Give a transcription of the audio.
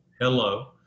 hello